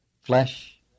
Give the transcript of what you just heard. flesh